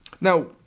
Now